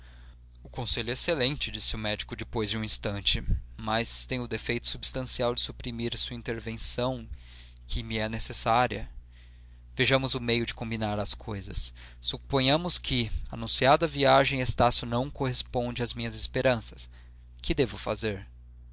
conselho é excelente disse o médico depois de um instante mas tem o defeito substancial de suprimir a sua intervenção que me é necessária vejamos o meio de combinar as coisas suponhamos que anunciada a viagem estácio não corresponde às minhas esperanças que devo fazer